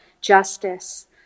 justice